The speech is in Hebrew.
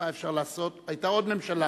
מה אפשר לעשות, היתה עוד ממשלה,